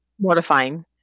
Mortifying